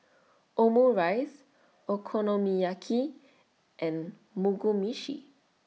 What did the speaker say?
Omurice Okonomiyaki and Mugi Meshi